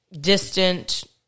distant